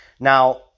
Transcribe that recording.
Now